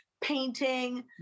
painting